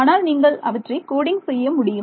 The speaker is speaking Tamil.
ஆனால் நீங்கள் அவற்றை கோடிங் செய்ய முடியும்